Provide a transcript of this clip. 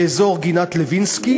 באזור גינת-לוינסקי.